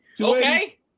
Okay